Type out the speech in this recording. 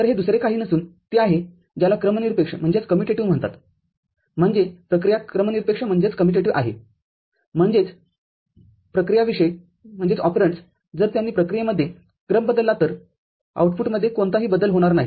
तरहे दुसरे काही नसून ते आहे ज्याला क्रमनिरपेक्षम्हणतातम्हणजेप्रक्रिया क्रमनिरपेक्षआहे म्हणजेचप्रक्रियाविशयजर त्यांनी प्रक्रियेमध्ये क्रम बदलला तर आउटपुटमध्ये कोणताही बदल होणार नाही